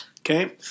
Okay